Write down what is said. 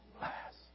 last